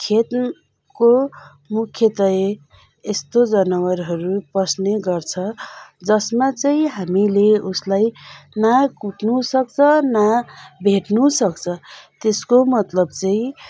खेतको मुख्यतै यस्तो जनवारहरू पस्नेगर्छ जसमा चाहिँ हामीले उसलाई न कुट्नुसक्छ न भेट्नुसक्छ त्यसको मतलब चाहिँ